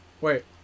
Wait